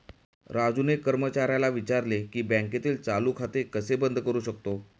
राजूने कर्मचाऱ्याला विचारले की बँकेतील चालू खाते कसे बंद करू शकतो?